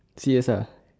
serious uh